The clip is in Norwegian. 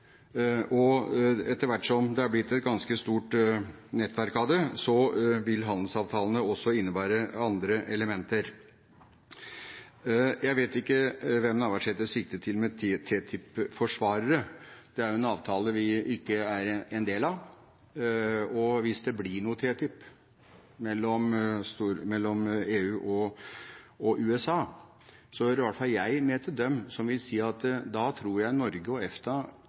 og etter hvert som det har blitt et ganske stort nettverk av det, vil handelsavtalene også innebære andre elementer. Jeg vet ikke hvem Navarsete sikter til med TTIP-forsvarere. Det er en avtale vi ikke er en del av, og hvis det blir en TTIP-avtale mellom EU og USA, hører i hvert fall jeg med til dem som vil si at da tror jeg Norge og EFTA